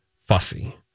fussy